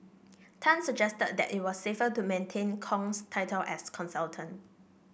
Tan suggested that it was safer to maintain Kong's title as consultant